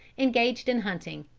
engaged in hunting.